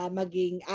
maging